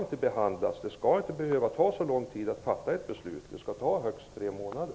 Det skall inte behöva ta så lång tid att fatta ett beslut. Det skall ta högst tre månader.